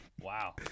wow